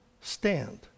stand